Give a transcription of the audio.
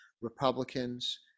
Republicans